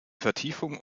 vertiefung